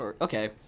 Okay